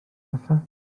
bethau